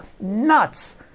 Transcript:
nuts